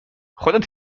خودت